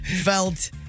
felt